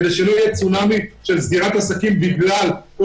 כדי שלא יהיה צונאמי של סגירת עסקים בגלל כל